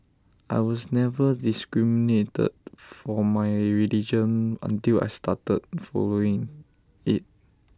I was never discriminated for my religion until I started following IT